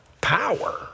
power